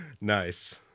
Nice